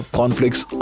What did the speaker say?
conflicts